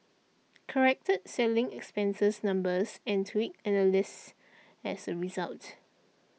corrected selling expenses numbers and tweaked analyses as a result